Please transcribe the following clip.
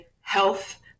health